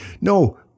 No